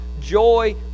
joy